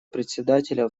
председателя